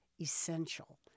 essential